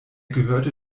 gehörte